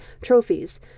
trophies